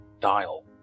dial